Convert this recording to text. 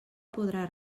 podrà